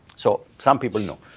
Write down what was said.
so some people know.